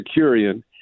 Securian